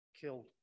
killed